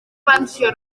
pensió